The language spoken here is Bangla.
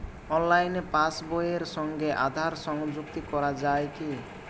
অনলাইনে পাশ বইয়ের সঙ্গে আধার সংযুক্তি করা যায় কি?